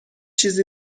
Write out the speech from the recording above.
چیزی